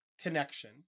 connection